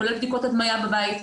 כולל בדיקות הדמיה בבית,